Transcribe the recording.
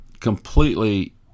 completely